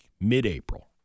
mid-April